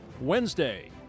Wednesday